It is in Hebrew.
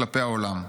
כלפי העולם.